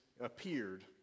appeared